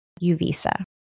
U-Visa